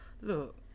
Look